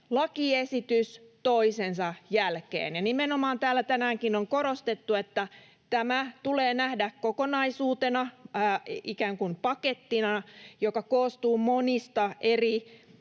lakiesitys toisensa jälkeen. Ja nimenomaan täällä tänäänkin on korostettu, että tämä tulee nähdä kokonaisuutena, ikään kuin pakettina, joka koostuu monista eri